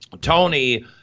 Tony